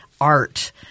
art –